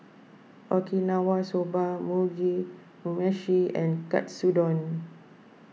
Okinawa Soba Mugi Meshi and Katsudon